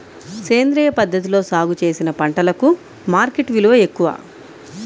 సేంద్రియ పద్ధతిలో సాగు చేసిన పంటలకు మార్కెట్ విలువ ఎక్కువ